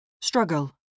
Struggle